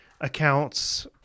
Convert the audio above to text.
accounts